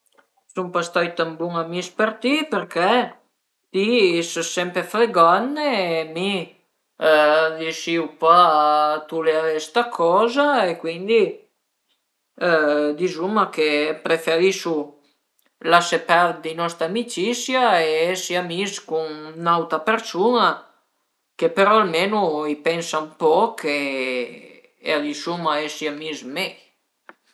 Travaiu a l'interno dë üna azienda agricula e si a m'pias propi përché al e lon che l'ai stüdià e cuindi dizuma che m'trövu bin e travaiu travaiu bin e lë stipendi al e bun